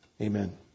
Amen